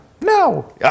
No